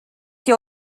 che